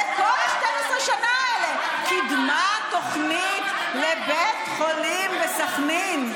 וכל ה-12 שנה האלה קידמה תוכנית לבית חולים בסח'נין.